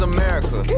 America